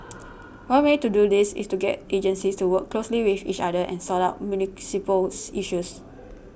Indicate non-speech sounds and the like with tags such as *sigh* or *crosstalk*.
*noise* one way to do this is to get agencies to work closely with each other and sort out municipals issues *noise*